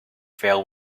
fell